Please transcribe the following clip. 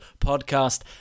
podcast